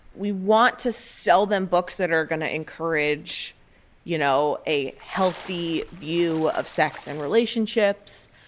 we want to sell them books that are going to encourage you know a healthy view of sex and relationships.